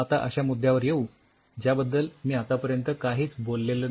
आता अश्या मुद्द्यावर येऊ ज्याबद्दल मी आतापर्यंत काहीच बोललो नाही